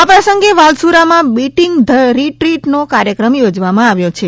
આ પ્રસંગે વાલસુરામાં બીટીંગ ધ રીટ્રીટ નો કાર્યક્રમ યોજવામાં આવ્યો છે